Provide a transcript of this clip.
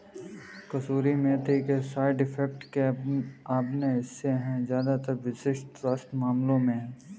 कसूरी मेथी के side effects के अपने हिस्से है ज्यादातर विशिष्ट स्वास्थ्य मामलों में है